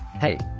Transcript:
hey!